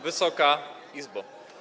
Wysoka Izbo!